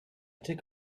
took